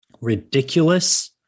ridiculous